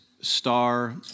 star